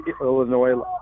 Illinois